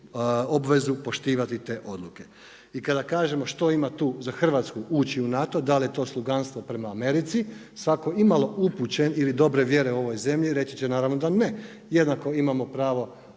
obvezu poštivati te odluke. I kada kažemo što ima tu za Hrvatsku ući u NATO, da li je to sloganstvo prema Americi, svako imalo upućen ili dobre vjere u ovoj zemlji, reći će naravno da ne. Jednako imamo pravo